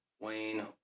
Wayne